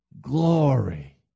glory